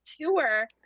tour